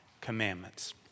commandments